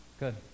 Good